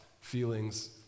feelings